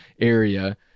area